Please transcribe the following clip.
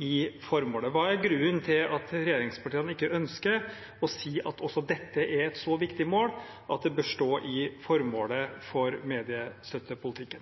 i formålet. Hva er grunnen til at regjeringspartiene ikke ønsker å si at også dette er et så viktig mål at det bør stå i formålet